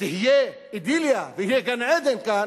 תהיה אידיליה ויהיה גן-עדן כאן,